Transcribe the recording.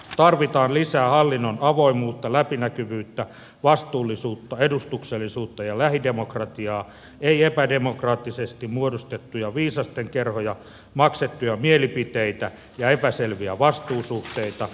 tarvitaan lisää hallinnon avoimuutta läpinäkyvyyttä vastuullisuutta edustuksellisuutta ja lähidemokratiaa ei epädemokraattisesti muodostettuja viisasten kerhoja maksettuja mielipiteitä ja epäselviä vastuusuhteita